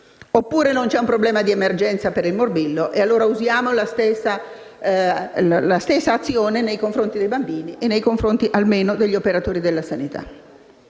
oppure non c'è un problema di emergenza per il morbillo (e allora usiamo la stessa azione nei confronti dei bambini e - almeno - degli operatori della sanità).